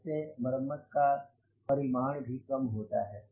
इससे मरम्मत का परिमाण भी कम होता है